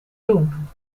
doen